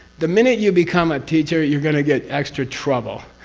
the minute you become a teacher, you're going to get extra trouble.